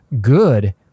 good